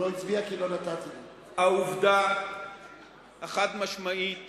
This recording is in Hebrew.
עובדה חד-משמעית